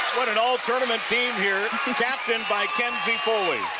what an all-tournament team here captained by kenzie foley.